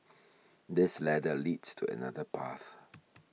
this ladder leads to another path